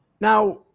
Now